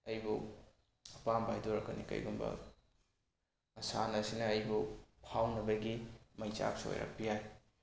ꯑꯩꯕꯨ ꯑꯄꯥꯝꯕ ꯍꯥꯏꯗꯨ ꯑꯣꯏꯔꯛꯀꯅꯤ ꯀꯔꯤꯒꯨꯝꯕ ꯃꯁꯥꯟꯅ ꯑꯁꯤꯅ ꯑꯩꯕꯨ ꯐꯥꯎꯅꯕꯒꯤ ꯃꯩꯆꯥꯛꯁꯨ ꯑꯣꯏꯔꯛꯄ ꯌꯥꯏ